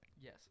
Yes